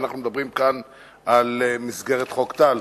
ואנחנו מדברים כאן על מסגרת חוק טל,